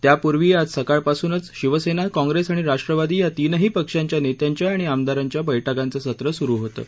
त्यापूर्वी आज सकाळपासूनच शिवसेना काँप्रेस आणि राष्ट्रवादी या तीनही पक्षांच्या नेत्यांच्या आणि आमदारांच्या बैठकांचं सत्र सुरू होतं